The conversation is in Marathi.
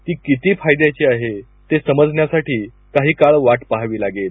ती किती फायद्याची आहे हे समजण्यासाठी काही काळ वाट पाहावी लागेल